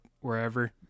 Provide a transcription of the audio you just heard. wherever